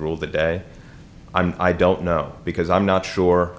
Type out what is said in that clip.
rule the day i don't know because i'm not sure